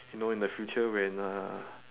you know in the future when uh